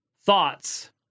thoughts